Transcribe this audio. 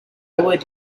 would